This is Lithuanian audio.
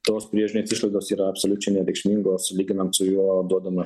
tos priežiūros išlaidos yra absoliučiai nereikšmingos lyginant su jo duodama